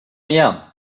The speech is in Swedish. igen